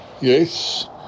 Yes